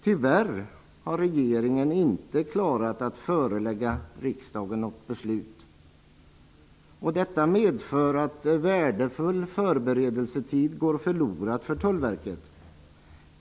Tyvärr har inte regeringen klarat att förelägga riksdagen något beslut. Detta medför att värdefull förberedelsetid går förlorad för Tullverket.